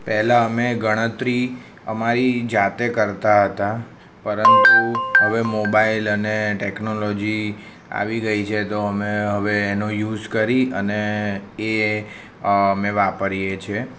પહેલાં અમે ગણતરી અમારી જાતે કરતા હતા પરંતુ હવે મોબાઈલ અને ટેક્નોલોજી આવી ગઈ છે તો અમે હવે એનો યુઝ કરી અને એ અમે વાપરીએ છીએ